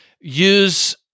use